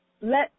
let